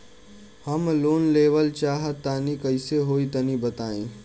हम लोन लेवल चाह तनि कइसे होई तानि बताईं?